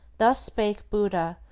thus spake buddha,